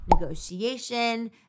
negotiation